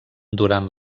durant